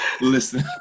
listen